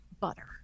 butter